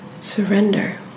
surrender